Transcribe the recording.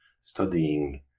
studying